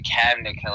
cabinet